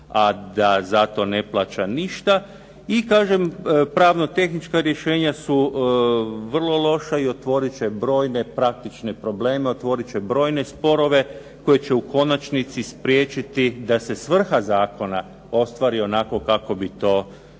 a da za to ne plaća ništa. I kažem, pravno tehnička rješenja su vrlo loša i otvorit će brojne praktične probleme i otvorit će brojne sporove koji će u konačnici spriječiti da se svrha zakona ostvari onako kako bi to trebalo.